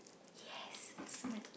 yes smart